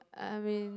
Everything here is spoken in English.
I mean